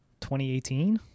2018